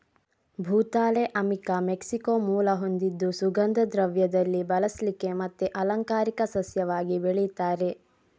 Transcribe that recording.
ಭೂತಾಳೆ ಅಮಿಕಾ ಮೆಕ್ಸಿಕೋ ಮೂಲ ಹೊಂದಿದ್ದು ಸುಗಂಧ ದ್ರವ್ಯದಲ್ಲಿ ಬಳಸ್ಲಿಕ್ಕೆ ಮತ್ತೆ ಅಲಂಕಾರಿಕ ಸಸ್ಯವಾಗಿ ಬೆಳೀತಾರೆ